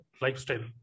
lifestyle